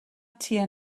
tua